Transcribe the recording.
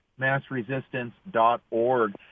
massresistance.org